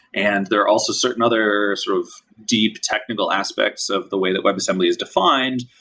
and there are also certain other sort of deep technical aspects of the way that webassembly is defined,